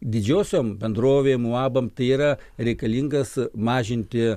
didžiosiom bendrovėm uabam yra reikalingas mažinti